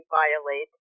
violate